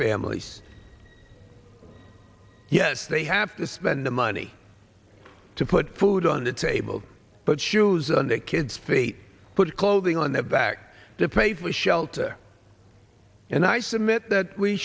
families yes they have to spend the money to put food on the table but shoes on their kids fate put clothing on their back to pay for shelter and i submit that we